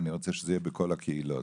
אני רוצה שזה יהיה בכל הקהילות,